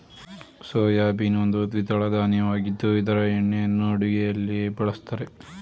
soybean ಒಂದು ದ್ವಿದಳ ಧಾನ್ಯವಾಗಿದ್ದು ಇದರ ಎಣ್ಣೆಯನ್ನು ಅಡುಗೆಯಲ್ಲಿ ಬಳ್ಸತ್ತರೆ